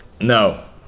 No